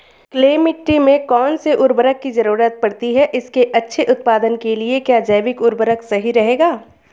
Clay मिट्टी में कौन से उर्वरक की जरूरत पड़ती है इसके अच्छे उत्पादन के लिए क्या जैविक उर्वरक सही रहेगा?